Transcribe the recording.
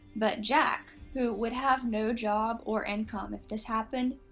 but jack, who would have no job or income if this happened,